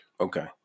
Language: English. Okay